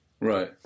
Right